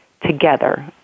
Together